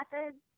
methods